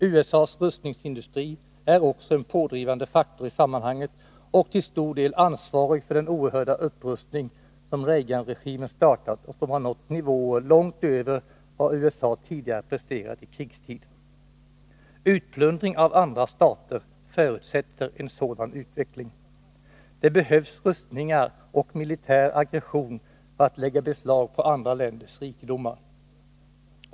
USA:s rustningsindustri är också en pådrivande faktor i sammanhanget och är till stor del ansvarig för den oerhörda upprustning som Reagan-regimen har startat och som har nått nivåer långt över vad USA tidigare presterat i krigstid. Utplundring av andra stater förutsätter en sådan utveckling. Det behövs rustningar och militär aggression för att lägga beslag på andra länders rikedomar.